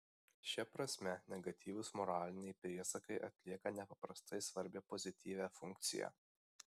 šia prasme negatyvūs moraliniai priesakai atlieka nepaprastai svarbią pozityvią funkciją